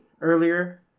earlier